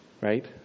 right